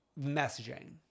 messaging